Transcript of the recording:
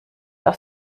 aus